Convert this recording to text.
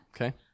Okay